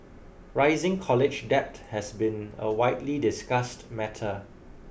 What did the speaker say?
rising college debt has been a widely discussed matter